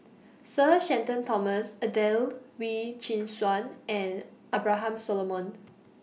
Sir Shenton Thomas Adelene Wee Chin Suan and Abraham Solomon